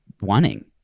wanting